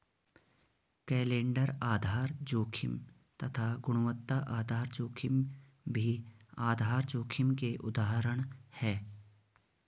calendar आधार जोखिम तथा गुणवत्ता आधार जोखिम भी आधार जोखिम के उदाहरण है